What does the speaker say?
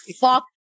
fuck